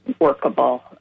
workable